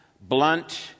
blunt